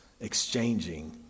exchanging